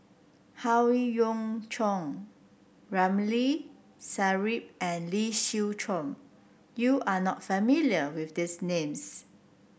Howe Yoon Chong Ramli Sarip and Lee Siew Choh you are not familiar with these names